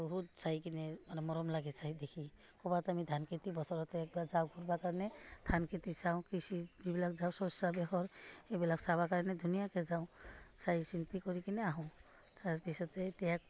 বহুত চাই কিনে মানে মৰম লাগে চাই দেখি ক'ৰবাত আমি ধান খেতি বছৰত একবাৰ যাওঁ কৰিব কাৰণে ধান খেতি চাওঁ কৃষি যিবিলাক যাওঁ সেইবিলাক চাব কাৰণে ধুনীয়াকৈ যাওঁ চাইচিতি কৰি কিনে আহোঁ তাৰ পিছতে এতিয়া